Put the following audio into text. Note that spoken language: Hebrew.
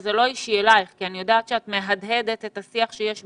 וזה לא אישי אלייך כי אני יודעת שאת מהדהדת את השיח שיש בחוץ,